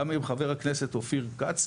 גם עם חבר הכנסת אופיר כץ,